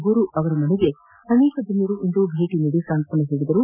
ಗುರು ಮನೆಗೆ ಅನೇಕ ಗಣ್ಣರು ಇಂದು ಭೇಟಿ ನೀಡಿ ಸಾಂತ್ವನ ಹೇಳಿದರು